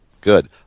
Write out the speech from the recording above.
good